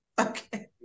Okay